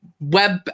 web